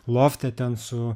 lofte ten su